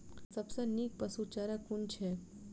सबसँ नीक पशुचारा कुन छैक?